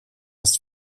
ist